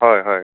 হয় হয়